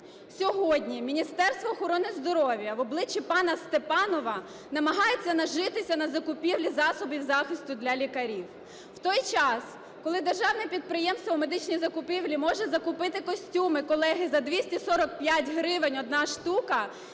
Сьогодні Міністерство охорони здоров'я в обличчі пана Степанова намагається нажитися на закупівлі засобів захисту для лікарів. В той час, коли державне підприємство "Медичні закупівлі" може закупити костюми, колеги, за 245 гривень одна штука,